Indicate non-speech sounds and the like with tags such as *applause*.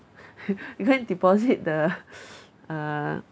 *noise* you go and deposit the *noise* uh